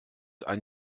ein